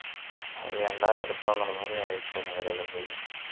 அது ஏன்டா எடுத்தோம்ங்கிற மாதிரி ஆகிடிச்சி அந்த கடையில் போய்